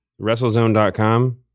wrestlezone.com